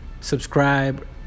subscribe